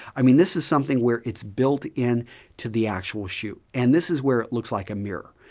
i mean this is something where it's built in to the actual shoe and this is where it looks like a mirror.